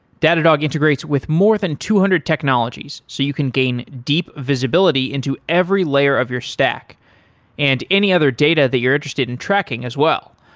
datadog integrates with more than two hundred technologies so you can gain deep visibility into every layer of your stack and any other data that you're interested in tracking as well.